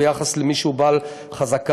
ביחס למי שהוא בעל חזקה,